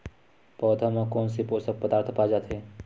पौधा मा कोन से पोषक पदार्थ पाए जाथे?